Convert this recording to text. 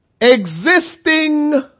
Existing